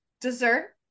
dessert